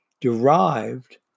derived